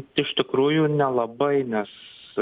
iš tikrųjų nelabai nes